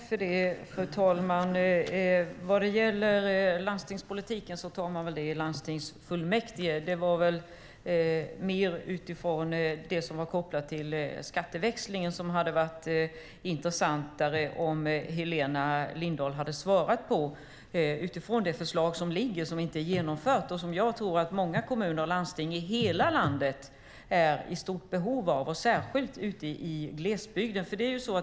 Fru talman! Vad gäller landstingspolitiken beslutas den av landstingsfullmäktige. Min fråga var närmast kopplad till skatteväxlingen. Det hade varit intressant om Helena Lindahl svarat med tanke på det förslag som ligger men som inte är genomfört och som jag tror att många kommuner och landsting i hela landet är i stort behov av, särskilt i glesbygden.